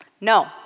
No